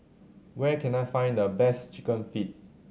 where can I find the best Chicken Feet